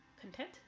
content